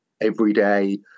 everyday